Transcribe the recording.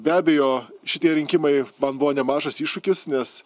be abejo šitie rinkimai man buvo nemažas iššūkis nes